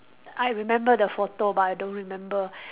I remember the photo but I don't remember